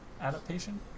adaptation